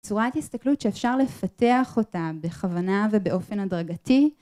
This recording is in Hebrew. צורת הסתכלות שאפשר לפתח אותה בכוונה ובאופן הדרגתי